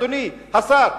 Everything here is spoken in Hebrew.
אדוני השר,